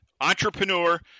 entrepreneur